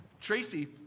Tracy